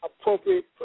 appropriate